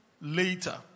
later